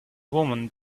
woman